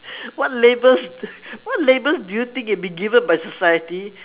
what labels what labels do you think you have been given by society